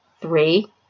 Three